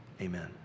amen